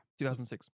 2006